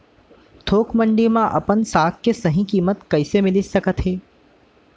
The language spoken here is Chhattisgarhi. थोक मंडी में अपन साग के सही किम्मत कइसे मिलिस सकत हे?